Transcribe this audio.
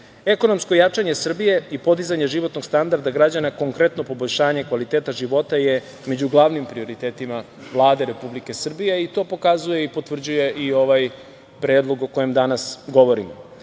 evra. Ekonomsko jačanje Srbije i podizanje životnog standarda građana konkretno poboljšanje kvaliteta života je među glavnim prioritetima Vlade Republike Srbije i to pokazuje i potvrđuje i ovaj predlog o kojem danas govorimo. Budžet